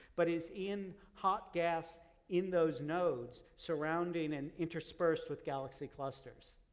but is in hot gas in those nodes surrounding and interspersed with galaxy clusters.